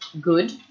good